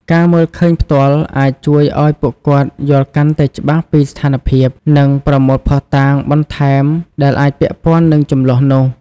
ការមើលឃើញផ្ទាល់អាចជួយឲ្យពួកគាត់យល់កាន់តែច្បាស់ពីស្ថានភាព និងប្រមូលភស្តុតាងបន្ថែមដែលអាចពាក់ព័ន្ធនឹងជម្លោះនោះ។